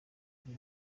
ari